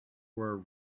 were